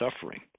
suffering